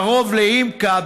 קרוב לימק"א,